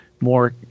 more